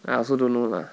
I also don't know lah